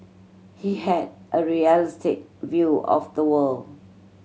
he had a realistic view of the world